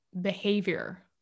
behavior